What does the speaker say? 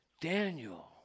Daniel